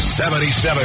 77